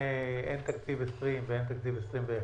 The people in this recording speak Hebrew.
אין תקציב 2020 ואין תקציב 2021?